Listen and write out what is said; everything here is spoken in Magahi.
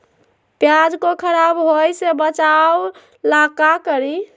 प्याज को खराब होय से बचाव ला का करी?